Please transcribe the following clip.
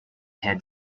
had